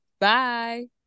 Bye